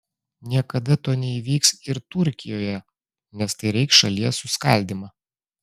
niekada to neįvyks ir turkijoje nes tai reikš šalies suskaldymą